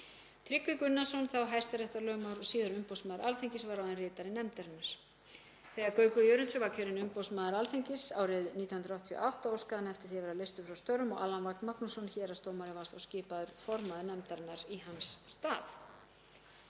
Tryggvi Gunnarsson, hæstaréttarlögmaður og síðar umboðsmaður Alþingis, var ráðinn ritari nefndarinnar. Þegar Gaukur Jörundsson var kjörinn umboðsmaður Alþingis árið 1988 óskaði hann eftir því að verða leystur frá störfum og Allan Vagn Magnússon héraðsdómari var þá skipaður formaður nefndarinnar í hans stað.